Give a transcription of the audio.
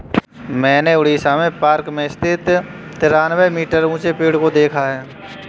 मैंने उड़ीसा में पार्क में स्थित तिरानवे मीटर ऊंचे पेड़ को देखा है